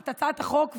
את הצעת החוק,